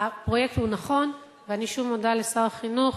הפרויקט הוא נכון, ואני שוב מודה לשר החינוך.